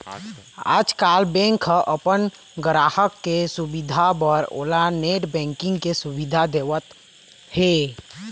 आजकाल बेंक ह अपन गराहक के सुबिधा बर ओला नेट बैंकिंग के सुबिधा देवत हे